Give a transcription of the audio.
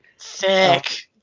Thick